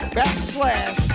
backslash